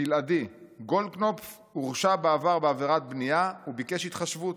"בלעדי: גולדקנופ הורשע בעבר בעבירות בנייה וביקש התחשבות,